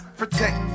protect